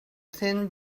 thin